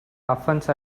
offense